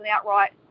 outright